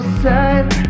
side